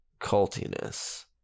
cultiness